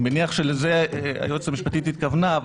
אני מניח שלזה היועצת המשפטית התכוונה,